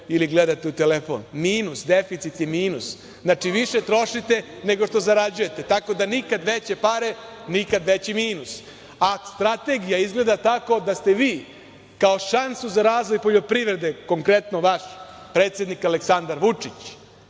ili gledate u telefon? Deficit je minus. Znači, više trošite nego što zarađujete, tako da nikada veće pare, nikad veći minus.A strategija izgleda tako da ste vi kao šansu za razvoj poljoprivrede, konkretno vaš predsednik Aleksandar Vučić